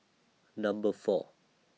Number four